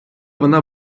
вона